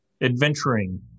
adventuring